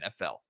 NFL